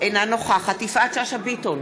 אינה נוכחת יפעת שאשא ביטון,